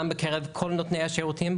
גם בקרב כל נותני השירותים,